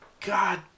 god